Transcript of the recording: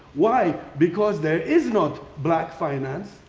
why? because there is not black finance.